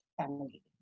family